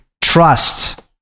trust